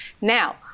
Now